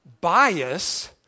bias